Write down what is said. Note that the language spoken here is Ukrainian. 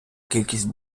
кількість